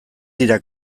dira